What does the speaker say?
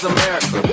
America